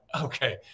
okay